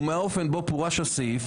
ומהאופן בו פורש הסעיף,